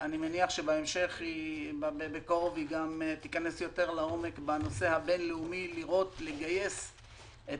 אני מניח שבקרוב היא גם תיכנס יותר לעומק בנושא הבין-לאומי לגייס את